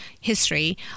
history